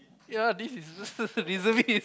ya this is re~ reservist